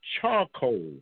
charcoal